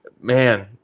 Man